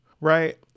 Right